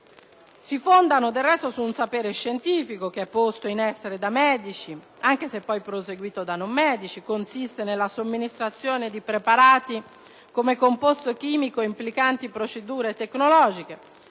si fondano su un sapere scientifico, che è posto in essere da medici, anche se poi proseguito da non medici, e consiste nella somministrazione di preparati come composto chimico implicanti procedure tecnologiche.